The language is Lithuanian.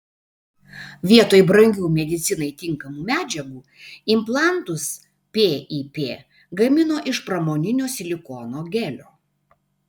vietoj brangių medicinai tinkamų medžiagų implantus pip gamino iš pramoninio silikono gelio